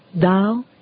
thou